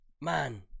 man